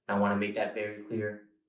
and want to make that very clear.